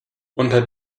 unter